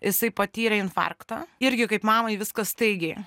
jisai patyrė infarktą irgi kaip mamai viskas staigiai